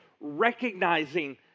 recognizing